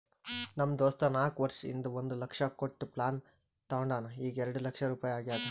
ನಮ್ ದೋಸ್ತ ನಾಕ್ ವರ್ಷ ಹಿಂದ್ ಒಂದ್ ಲಕ್ಷ ಕೊಟ್ಟ ಪ್ಲಾಟ್ ತೊಂಡಾನ ಈಗ್ಎರೆಡ್ ಲಕ್ಷ ರುಪಾಯಿ ಆಗ್ಯಾದ್